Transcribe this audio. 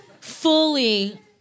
fully